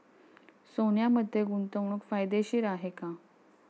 सोन्यामध्ये गुंतवणूक फायदेशीर आहे का?